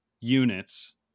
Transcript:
units